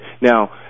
now